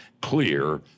clear